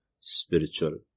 spiritual